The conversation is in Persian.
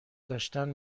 داشتن